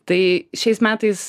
tai šiais metais